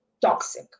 Toxic